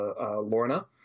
Lorna